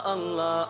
Allah